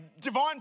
Divine